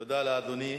תודה לאדוני.